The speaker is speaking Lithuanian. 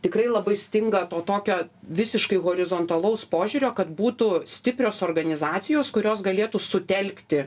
tikrai labai stinga to tokio visiškai horizontalaus požiūrio kad būtų stiprios organizacijos kurios galėtų sutelkti